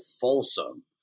Folsom